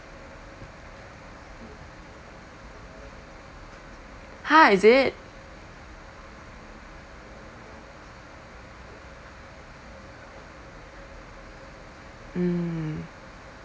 !huh! is it mm